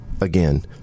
again